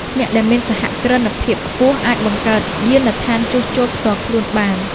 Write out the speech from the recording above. អ្នកដែលមានសហគ្រិនភាពខ្ពស់អាចបង្កើតយានដ្ឋានជួសជុលផ្ទាល់ខ្លួនបាន។